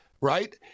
right